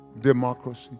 democracy